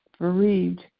bereaved